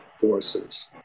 forces